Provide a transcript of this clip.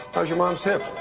how's your mom's hip?